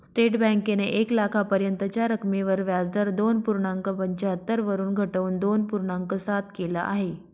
state बँकेने एक लाखापर्यंतच्या रकमेवर व्याजदर दोन पूर्णांक पंच्याहत्तर वरून घटवून दोन पूर्णांक सात केल आहे